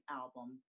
album